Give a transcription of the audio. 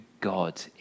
God